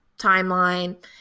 timeline